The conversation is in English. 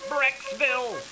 Brexville